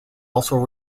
also